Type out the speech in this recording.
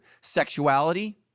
sexuality